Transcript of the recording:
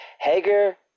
Hager